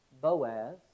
Boaz